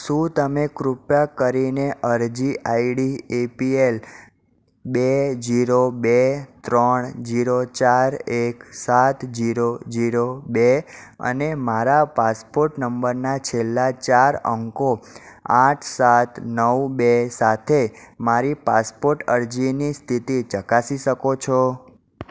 શું તમે કૃપા કરીને અરજી આઇડી એપીએલ બે જીરો બે ત્રણ જીરો ચાર એક સાત જીરો જીરો બે અને મારા પાસપોટ નંબરના છેલ્લા ચાર અંકો આઠ સાત નવ બે સાથે મારી પાસપોટ અરજીની સ્થિતિ ચકાસી શકો છો